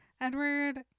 Edward